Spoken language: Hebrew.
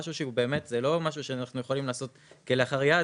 זה לא משהו שאנחנו יכולים לעשות כלאחר יד.